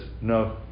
No